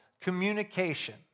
communication